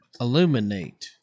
Illuminate